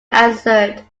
answered